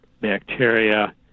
bacteria